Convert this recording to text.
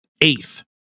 eighth